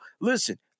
listen